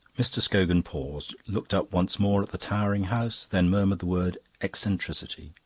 mr. scogan paused, looked up once more at the towering house, then murmured the word eccentricity,